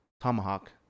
tomahawk